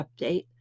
update